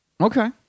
Okay